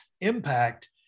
impact